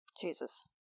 Jesus